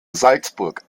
salzburg